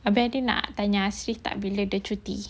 habis nak tanya bila dia cuti